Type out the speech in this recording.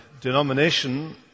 denomination